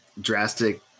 drastic